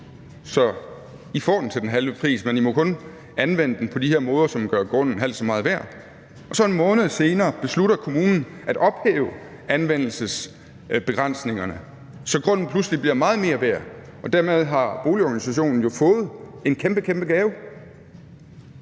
så I får den til den halve pris, men I må kun anvende den på de her måder, som gør grunden halvt så meget værd. Og så beslutter kommunen en måned senere at ophæve anvendelsesbegrænsningerne, så grunden pludselig bliver meget mere værd. Dermed har boligorganisationen jo fået en kæmpe, kæmpe gave.